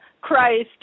Christ